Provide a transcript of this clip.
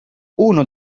uno